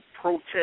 protest